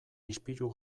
ispilu